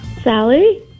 Sally